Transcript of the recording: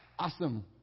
Awesome